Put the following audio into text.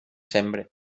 sembre